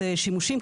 זה שימושים,